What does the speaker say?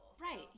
Right